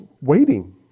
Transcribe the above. waiting